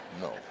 no